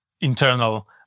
internal